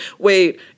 wait